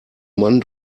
mann